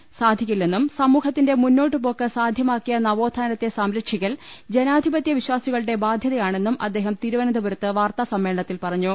നവോത്ഥാനത്തോട് പുറം തിരിഞ്ഞിരിക്കാൻ സാധിക്കില്ലെന്നും സമൂഹത്തിന്റെ മുന്നോട്ട് പോക്ക് സാധ്യമാക്കിയ നവോത്ഥാനത്തെ സംരക്ഷിക്കൽ ജനാധിപത്യ വിശ്വാസികളുടെ ബാധ്യതയാണെന്നും അദ്ദേഹം തിരുവനന്തപുരത്ത് വാർത്താസമ്മേളനത്തിൽ പറഞ്ഞു